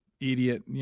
idiot